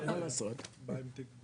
אי אפשר בלי השלטון המקומי.